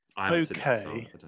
Okay